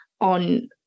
on